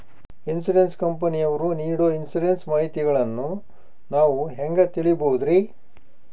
Insurance ಕಂಪನಿಯವರು ನೇಡೊ insurance ಮಾಹಿತಿಗಳನ್ನು ನಾವು ಹೆಂಗ ತಿಳಿಬಹುದ್ರಿ?